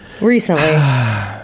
recently